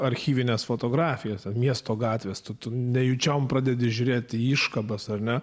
archyvines fotografijas miesto gatvės tu nejučiom pradedi žiūrėti į iškabas ar ne